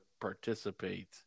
participate